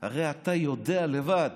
הרי אתה יודע לבד